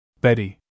Betty